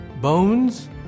bones